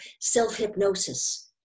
self-hypnosis